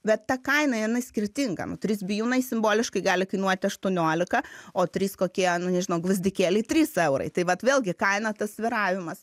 bet ta kaina jinai skirtinga nu trys bijūnai simboliškai gali kainuoti aštuoniolika o trys kokie nu nežinau gvazdikėliai trys eurai tai vat vėlgi kaina tas svyravimas